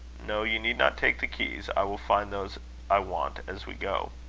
no, you need not take the keys. i will find those i want as we go.